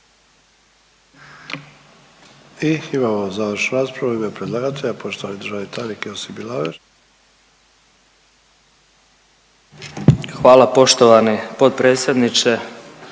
lijepa poštovani potpredsjedniče